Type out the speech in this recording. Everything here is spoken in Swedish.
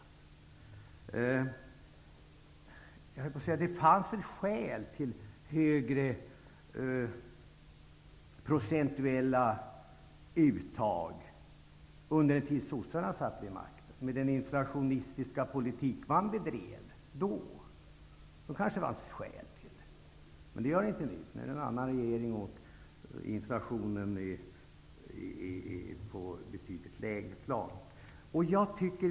Det fanns väl med den inflationistiska politik man bedrev skäl till högre procentuella uttag under den tid sossarna satt vid makten. Det kanske fanns skäl till det då. Men det gör det inte nu. Nu är det en annan regering, och inflationen är betydligt lägre.